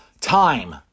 time